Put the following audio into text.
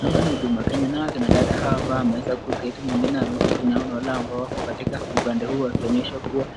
Hapa ni huduma Kenya nao kina dada hawa ambao wameweza kuketi, mwengine ameweza kusimama na wale ambao wako katika upande huu wakionyesha kuwa